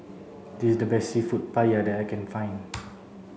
this the best Seafood Paella that I can find